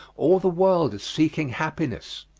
all the world is seeking happiness.